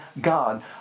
God